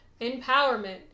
empowerment